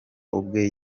ubwe